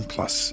Plus